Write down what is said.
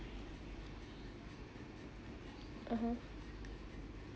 (uh huh)